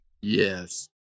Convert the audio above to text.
Yes